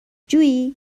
جویی